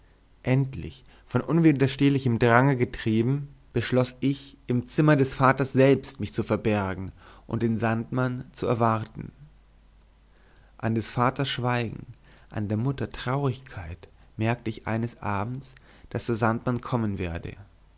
endlich von unwiderstehlichem drange getrieben beschloß ich im zimmer des vaters selbst mich zu verbergen und den sandmann zu erwarten an des vaters schweigen an der mutter traurigkeit merkte ich eines abends daß der sandmann kommen werde